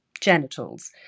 genitals